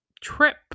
trip